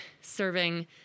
serving